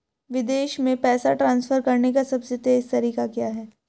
विदेश में पैसा ट्रांसफर करने का सबसे तेज़ तरीका क्या है?